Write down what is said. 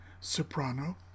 soprano